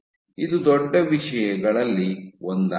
ಇದು ದೊಡ್ಡ ವಿಷಯಗಳಲ್ಲಿ ಒಂದಾಗಿದೆ